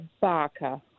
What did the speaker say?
barker